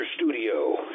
studio